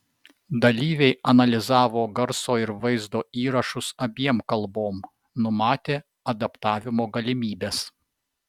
dalyviai analizavo garso ir vaizdo įrašus abiem kalbom numatė adaptavimo galimybes